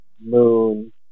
Moon